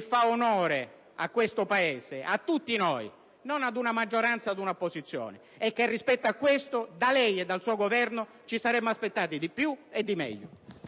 fa onore a questo Paese, a tutti noi, non alla maggioranza o all'opposizione, e che rispetto a questo da lei e dal suo Governo ci saremmo aspettati di più e di meglio.